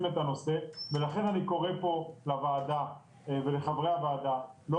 את הנושא ולכן אני קורא פה לוועדה ולחברי הוועדה לא